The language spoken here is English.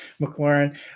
mclaurin